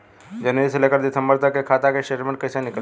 जनवरी से लेकर दिसंबर तक के खाता के स्टेटमेंट कइसे निकलि?